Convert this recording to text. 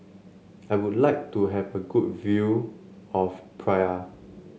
I would like to have a good view of Praia